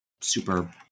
super